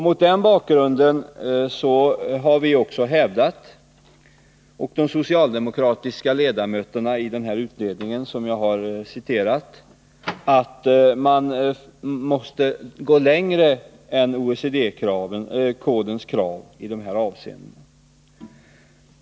Mot den bakgrunden har också de socialdemokratiska ledamöterna i utredningen hävdat att man måste gå längre än OECD-kodens krav i dessa avseenden.